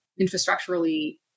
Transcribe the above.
infrastructurally